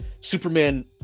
Superman